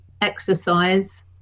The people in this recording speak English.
exercise